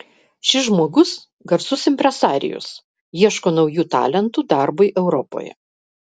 šis žmogus garsus impresarijus ieško naujų talentų darbui europoje